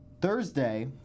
Thursday